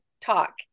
talk